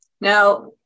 Now